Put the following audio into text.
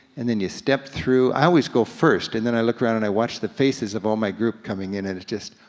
and then you step through. i always go first, and then i look around, and i watch the faces of all my group coming in, and it's just,